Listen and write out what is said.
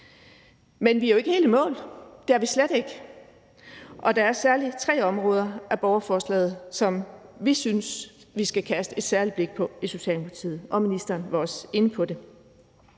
Men vi er jo ikke helt i mål. Det er vi slet ikke. Der er særlig tre områder af borgerforslaget, som vi i Socialdemokratiet synes vi skal kaste et særligt blik på, og ministeren var også inde på det.